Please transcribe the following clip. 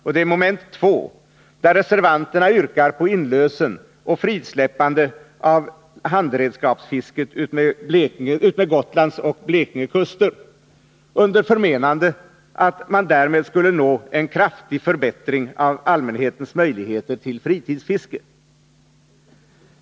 Det gäller moment 2 där reservanterna yrkar på inlösen och frisläppande av handredskapsfisket utmed Gotlands och Blekinges kuster, under förmenande att man därmed skulle nå en kraftig förbättring av allmänhetens möjligheter till fritidsfiske.